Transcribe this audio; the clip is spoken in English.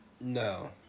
No